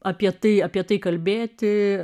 apie tai apie tai kalbėti